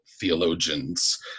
theologians